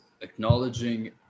acknowledging